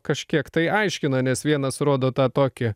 kažkiek tai aiškino nes vienas rodo tą tokį